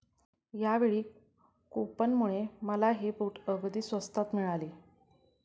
यावेळी कूपनमुळे मला हे बूट अगदी स्वस्तात मिळाले